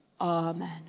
Amen